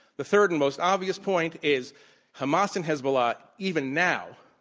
the third and most obvious point is hamas and hezbollah, even now,